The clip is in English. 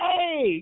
Hey